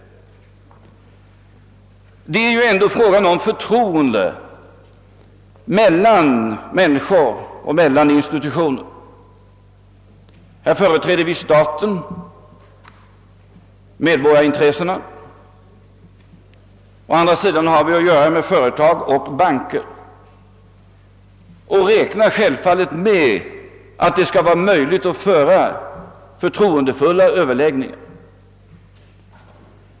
Det är ändå fråga om förtroende mellan människor och mellan institutioner. Här företräder vi staten, medborgarintressena, å den andra sidan har vi att göra med företag och banker. Vi räknar självfallet med att det skall vara möjligt att föra förtroendefulla överläggningar.